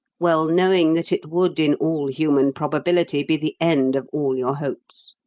well knowing that it would in all human probability be the end of all your hopes?